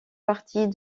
partie